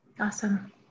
Awesome